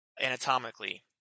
anatomically